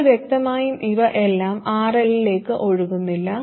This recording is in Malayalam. ഇപ്പോൾ വ്യക്തമായും ഇവ എല്ലാം RL ലേക്ക് ഒഴുകുന്നില്ല